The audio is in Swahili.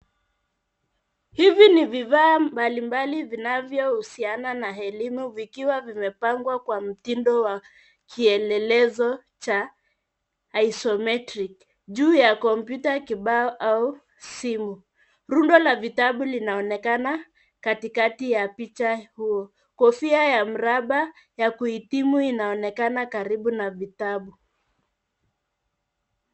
Hivi ni vifaa mbalimbali vinavyohusiana na elimu vikiwa vimepangwa kwa mtindo wa kielelezo cha isometric , juu ya kompyuta, kibao au simu. Rundo la vitabu linaonekana katikati ya picha huo. Kofia ya mraba ya kuhitimu inaonekana karibu na vitabu.